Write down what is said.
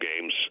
games